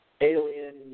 Alien